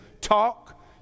talk